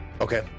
Okay